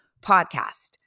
podcast